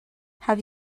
have